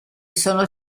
sono